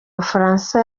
bufaransa